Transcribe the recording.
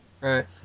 Right